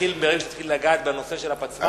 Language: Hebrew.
אתחיל ברגע שתתחיל לגעת בנושא של הפצמ"רים,